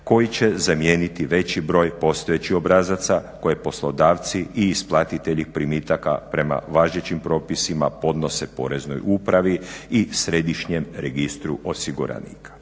koji će zamijeniti veći broj postojećih obrazaca koje poslodavci i isplatitelji primitaka prema važećim propisima podnose Poreznoj upravi i Središnjem registru osiguranika.